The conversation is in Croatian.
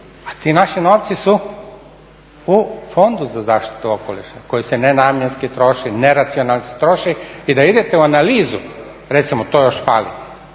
a ti naši novci su u Fondu za zaštitu okoliša koji se nenamjenski troši, neracionalno se troši. I da idete u analizu recimo to još fali,